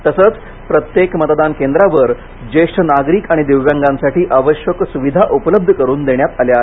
तसंच प्रत्येक मतदान केंद्रावर ज्येष्ठ नागरिक आणि दिव्यांगांसाठी आवश्यक सुविधा उपलब्ध करून देण्यात आल्या आहेत